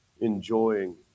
enjoying